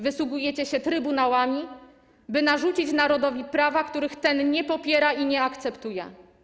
Wysługujecie się trybunałami, by narzucić narodowi prawa, których ten nie popiera i nie akceptuje.